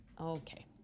okay